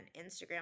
Instagram